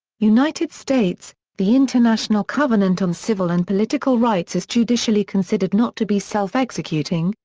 united states, the international covenant on civil and political rights is judicially considered not to be self-executing,